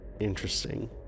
Interesting